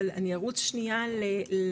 אבל אני ארוץ שנייה לנתונים,